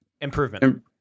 Improvement